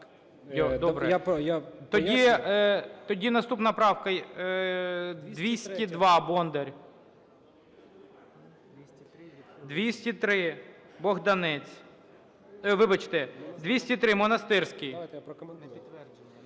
Тоді наступна правка 202, Бондар. 203, Богданець. Вибачте, 203 – Монастирський.